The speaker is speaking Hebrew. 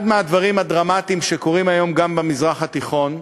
אחד מהדברים הדרמטיים שקורים היום גם במזרח התיכון,